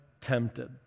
tempted